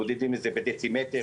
מודדים את זה בדצימטר?